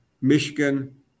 Michigan